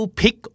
pick